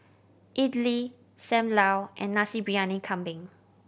idly Sam Lau and Nasi Briyani Kambing